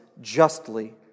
justly